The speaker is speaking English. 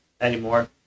anymore